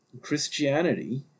christianity